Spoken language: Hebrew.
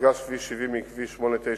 מפגש כביש 70 עם כביש 899,